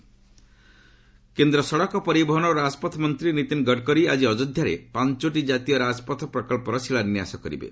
ଗଡ଼କରୀ ଅଯୋଧ୍ୟା କେନ୍ଦ୍ର ସଡ଼କ ପରିବହନ ଓ ରାଜପଥ ମନ୍ତ୍ରୀ ନୀତିନ ଗଡ଼କର ଆଜି ଅଯୋଧ୍ୟାରେ ପାଞ୍ଚଟି କାତୀୟ ରାଜପଥ ପ୍ରକଳ୍ପର ଶିଳାନ୍ୟାସ କରିବେ